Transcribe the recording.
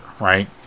right